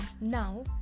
now